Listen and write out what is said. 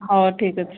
ହଉ ଠିକ୍ ଅଛି